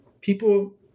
people